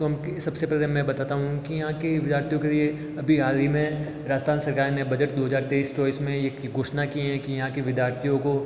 तो सबसे पहले मैं बताता हूँ कि यहाँ के विद्यार्थियों के लिए अभी हाल ही में राजस्थान सरकार ने बजट दो हज़ार तेईस चौबीस में ये घोषणा की है कि यहाँ के विद्यार्थियों को